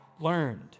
learned